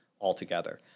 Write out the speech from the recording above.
altogether